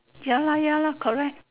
ya lah ya lah correct